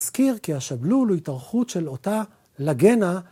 אזכיר כי השבלול הוא התארכות של אותה לגנה.